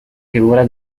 figura